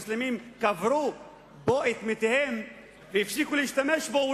שמוסלמים קברו בו את מתיהם והפסיקו להשתמש בו,